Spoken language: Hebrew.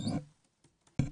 בבקשה.